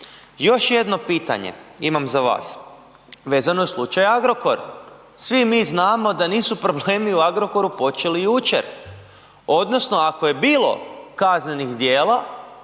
Još jedno pitanje imam za vas vezano u slučaju Agrokor. Svi mi znamo da nisu problemi u Agrokoru počeli jučer odnosno ako je bilo kaznenih djela